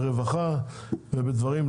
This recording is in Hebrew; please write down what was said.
ברווחה ובדברים,